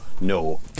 no